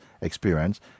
experience